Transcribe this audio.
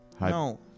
No